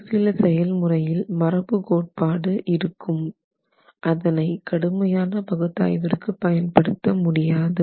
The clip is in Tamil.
ஒருசில செயல்முறையில் மரபு கோட்பாடு இருக்கும் அதனை கடுமையான பகுத்தாய்விற்கு பயன்படுத்த முடியாது